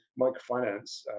microfinance